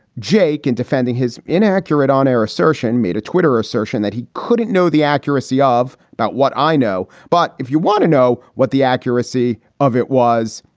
jake, in defending his inaccurate on air assertion, made a twitter assertion that he couldn't know the accuracy of about what i know. but if you want to know what the accuracy of it was,